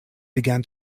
began